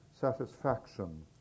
satisfaction